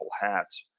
hats